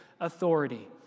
authority